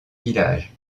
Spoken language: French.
village